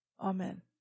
Amen